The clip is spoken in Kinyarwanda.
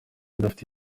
idafite